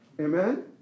Amen